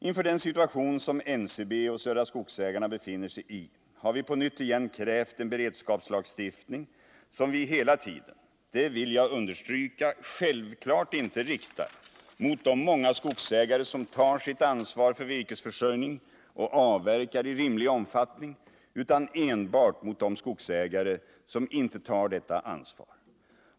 Inför den situation som NCB och Södra skogsägarna befinner sig i har vi på nytt krävt en beredskapslagstiftning som vi hela tiden — det vill jag understryka — självfallet inte riktar mot de många skogsägare som tar sitt ansvar för virkesförsörjningen och avverkar i rimlig omfattning, utan enbart mot de skogsägare som inte tar detta ansvar.